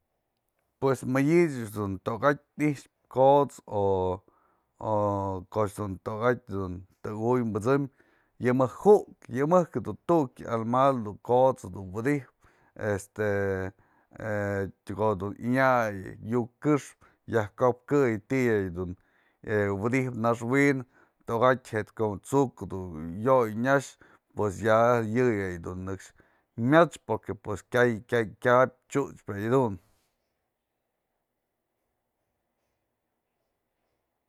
Pues me mëdyë ech toka'atë i'ixpë ko'ots koch dun tokatë dun tëku'uy pësëm, yë mëjk ju'uk, yë mëjk jadun tukyë almal dun ko'ots wydyjpë este, ko'o dun yanyay yu'uk këxpë, yajkopkëy ti'i dun wydyjpë naxwin tokatë je tsu'uk yo'oy nyaxpues ya, yë jay dun nyëkxë myat's pues kyay, kyapë chyuchpë yay jedun.